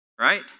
right